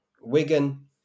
Wigan